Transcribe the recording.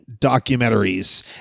documentaries